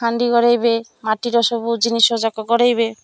ହାଣ୍ଡି ଗଢ଼େଇବେ ମାଟିର ସବୁ ଜିନିଷଯାକ ଗଢ଼େଇବେ